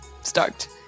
stoked